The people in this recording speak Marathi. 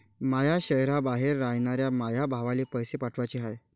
माया शैहराबाहेर रायनाऱ्या माया भावाला पैसे पाठवाचे हाय